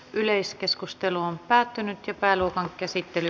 yleiskeskustelu päättyi ja pääluokan käsittely